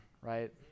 right